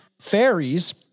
fairies